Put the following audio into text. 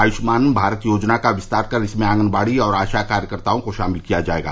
आयुष्मान भारत योजना का विस्तार कर इसमें आंगनबाड़ी और आशा कार्यकर्ताओं को शामिल किया जाएगा